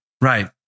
right